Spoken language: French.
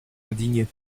indigné